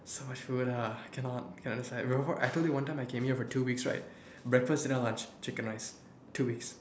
so much food ah I cannot cannot decide remember I told you one time I came here for two weeks right breakfast dinner lunch chicken rice two weeks